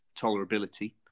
tolerability